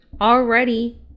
already